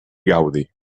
gaudi